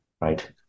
right